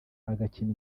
agakina